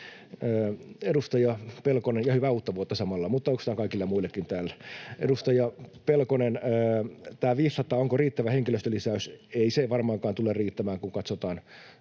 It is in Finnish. joulun aikaa ja hyvää uutta vuotta samalla, ja oikeastaan kaikille muillekin täällä. Edustaja Pelkonen: onko tämä 500 riittävä henkilöstölisäys. Ei se varmaankaan tule riittämään, kun katsotaan